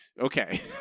okay